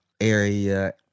area